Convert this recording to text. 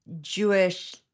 Jewish